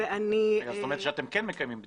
ואני --- אז את אומרת שאתם כן מקיימים בדיקות.